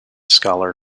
scholar